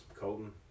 colton